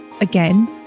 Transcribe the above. again